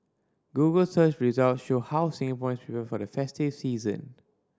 google search results show how Singaporeans prepare for the festive season